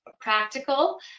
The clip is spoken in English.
practical